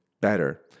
better